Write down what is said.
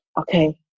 okay